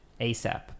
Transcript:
asap